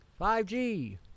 5G